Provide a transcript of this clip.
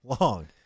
long